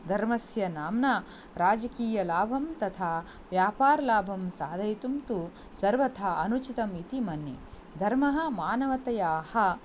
धर्मस्य नाम्ना राजकीयलाभं तथा व्यापारलाभं साधयितुं तु सर्वथा अनुचितम् इति मन्ये धर्मः मानवतयाः